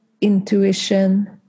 intuition